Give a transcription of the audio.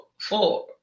four